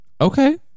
okay